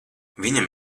viņam